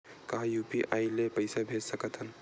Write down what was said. का यू.पी.आई ले पईसा भेज सकत हन?